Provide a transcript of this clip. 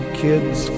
kids